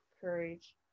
courage